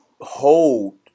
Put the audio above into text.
hold